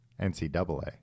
NCAA